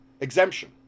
exemption